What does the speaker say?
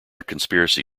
conspiracy